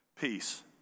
peace